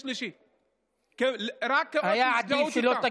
עם מכפיל של 2.14 על כל שקל שאנחנו משקיעים.